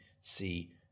see